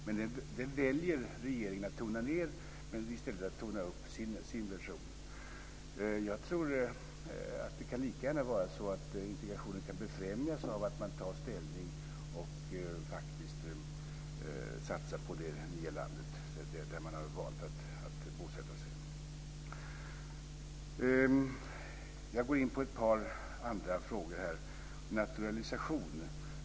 Men den väljer regeringen att tona ned och i stället tona upp sin version. Jag tror att det lika gärna kan vara så att integrationen befrämjas av att man tar ställning och faktiskt satsar på det nya land där man har valt att bosätta sig. Jag går in på ett par andra frågor. Först om naturalisation.